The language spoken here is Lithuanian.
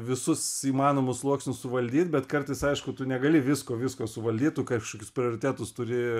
visus įmanomus sluoksnius suvaldyt bet kartais aišku tu negali visko visko suvaldyt tu kažkokius prioritetus turi